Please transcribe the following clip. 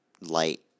light